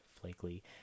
flaky